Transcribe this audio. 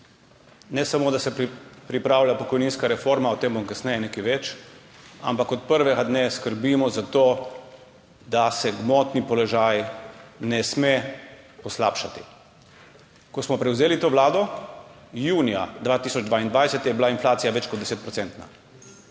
Ne samo, da se pripravlja pokojninska reforma, o tem bom kasneje nekaj več, ampak od prvega dne skrbimo za to, da se gmotni položaj ne sme poslabšati. Ko smo prevzeli to vlado junija 2022, je bila inflacija več kot 10